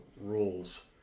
rules